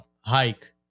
Hike